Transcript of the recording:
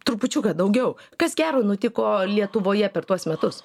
trupučiuką daugiau kas gero nutiko lietuvoje per tuos metus